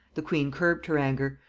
the queen curbed her anger,